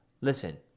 Listen